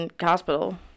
Hospital